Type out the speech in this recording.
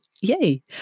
yay